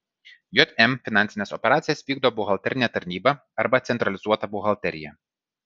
jm finansines operacijas vykdo buhalterinė tarnyba arba centralizuota buhalterija